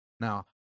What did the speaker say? Now